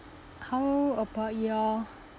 how about your